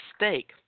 mistake